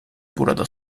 burada